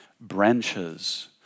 branches